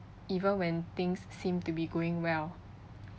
even when things seem to be going well